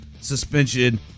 suspension